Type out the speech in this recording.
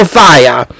fire